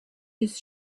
his